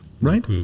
right